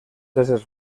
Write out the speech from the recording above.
éssers